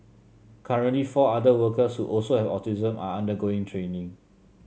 currently four other workers who also have autism are undergoing training